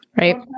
Right